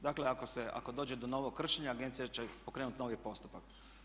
Dakle ako se, ako dođe do novog kršenja agencija će pokrenuti novi postupak.